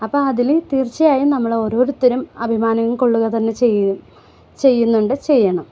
അപ്പം അതിലും തീർച്ചയായും നമ്മള് ഓരോരുത്തരും അഭിമാനം കൊള്ളുക തന്നെ ചെയ്യും ചെയ്യുന്നുണ്ട് ചെയ്യണം